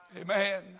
amen